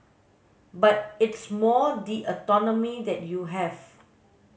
but it's more the autonomy that you have